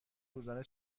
روزانه